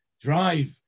drive